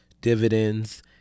dividends